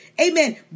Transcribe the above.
Amen